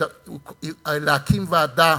להקים ועדה,